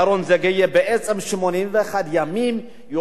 בעצם 81 ימים יושבים באוהל,